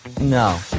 No